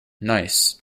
nice